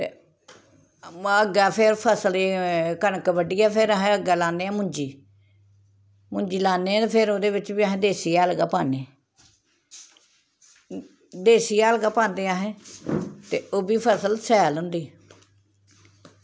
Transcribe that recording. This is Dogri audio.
ते म अग्गें फ्ही फसल कनक बड्डियै फिर अहें अग्गें लान्ने आं मुंजी मुंजी लान्ने आं ते फिर ओह्दे बिच्च बी अह देसी हैल गै पान्ने देसी हैल गै पांदे अहें ते ओह् बी फसल शैल होंदी